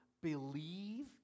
believe